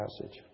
passage